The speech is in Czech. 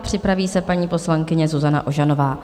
Připraví se paní poslankyně Zuzana Ožanová.